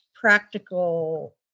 practical